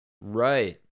right